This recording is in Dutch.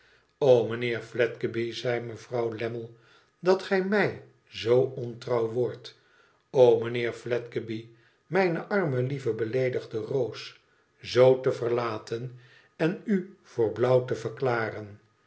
mijnheer fledgeby zei mevrouw lammie dat gij mij z ontrouw wordt o mijnheer fledgeby mijne arme lieve beleedigde roos z te verlaten en u voor blauw te verklaren